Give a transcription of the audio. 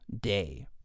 day